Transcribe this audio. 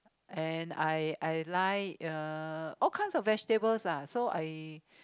and I I like uh all kinds of vegetables lah so I